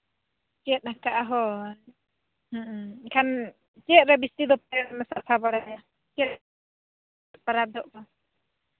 ᱪᱮᱫ ᱞᱮᱠᱟ ᱦᱳᱭ ᱦᱮᱸ ᱮᱱᱠᱷᱟᱱ ᱪᱮᱫ ᱨᱮ ᱵᱮᱥᱤ ᱫᱚᱯᱮ ᱦᱟᱥᱟ ᱵᱟᱲᱟᱭᱟ ᱪᱮᱫ ᱯᱚᱨᱚᱵᱽ ᱡᱚᱦᱚᱜ ᱫᱚ